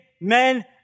men